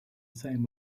same